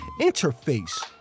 interface